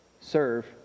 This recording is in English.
serve